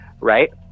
Right